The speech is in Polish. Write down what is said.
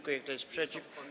Kto jest przeciw?